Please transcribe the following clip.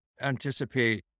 anticipate